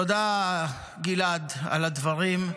תודה, גלעד, על הדברים.